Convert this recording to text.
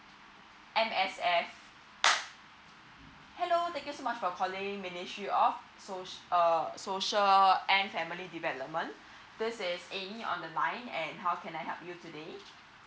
M_S_F hello thank you so much for calling ministry of so~ uh social and family development this is amy on the line and how can I help you today